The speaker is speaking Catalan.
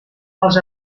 els